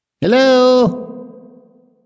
Hello